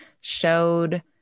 showed